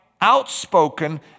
outspoken